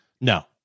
no